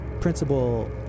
principal